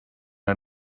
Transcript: her